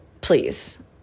please